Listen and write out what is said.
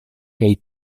kaj